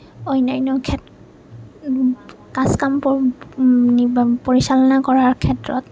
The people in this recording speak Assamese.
অন্যান্য কাজ কাম পৰিচালনা কৰাৰ ক্ষেত্ৰত